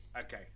Okay